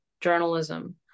journalism